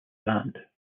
band